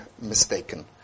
mistaken